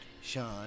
Sean